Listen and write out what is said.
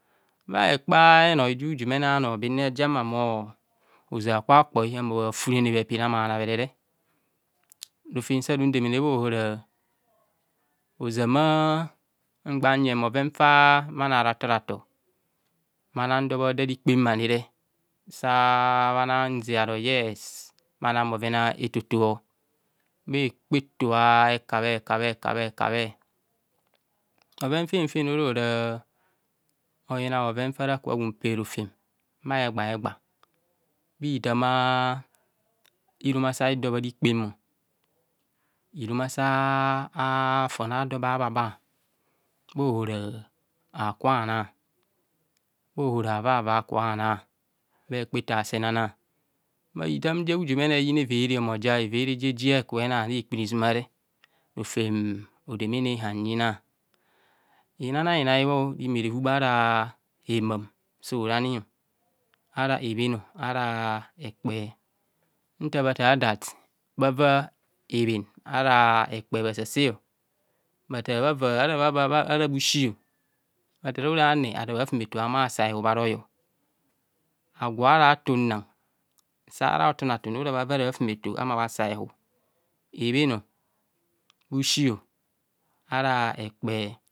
Bhaekpa enoe jujumene anoo bhenna bhajiene bhahuolo hozaa kwa kpai ma funene blepir amana mere re rofem sa rudamana bha ohara. Ozamaa mgba nyeng bhovon faa bhanro arato rato. Bhamaing b- hodo arekpem arure. Sa brbomg ezero yes. Bhonong bhoven etoto ọ bha akpa eto hekabhe. Hekabhe hekabhee bhoven fen fen ara ra. Oyina bhoben fa ra ku bho bhu perofem bhe gba he egba bhe atam rumasiado bharikpam ọ, hirumasie fon a do ba ba- ba, bha. ahora haku bha na, bhora avavaa bha ku bha naa, bhahepa eto asenona. itham jujumone eyina evere, mo ja evere je ejieng eku noni lulapunizunama re, rofem lodamana hanyina. Bnanaina bho ọ rimarahu ara hemam sorani ara ebhon ọ ara ekpe. nta bha that, bhava ebhon ara ekpe bhasasaa ọ rimarahu ara hemam sorani ara ebhon ọ ara ekpe nta bha that, bhava ebhon ara ekpe bhasasaa ọ bhataa ara bhushi, bha thaa ara ne ara bhafumeto ehab ara royọ, aguo ara ton nang, sara otoin atun horabha von ara bha fumeto bha humo bhasa huraroyo ebhen, bhushe ara ekpe.